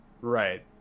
Right